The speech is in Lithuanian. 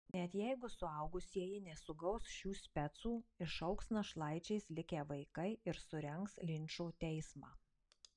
net jeigu suaugusieji nesugaus šių specų išaugs našlaičiais likę vaikai ir surengs linčo teismą